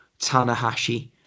Tanahashi